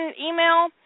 email